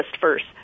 first